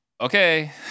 okay